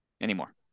Anymore